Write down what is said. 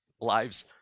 lives